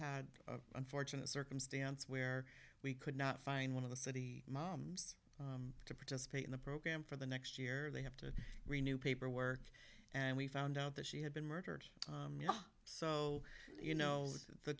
had unfortunate circumstance where we could not find one of the city moms to participate in the program for the next year they have to renew paperwork and we found out that she had been murdered so you know the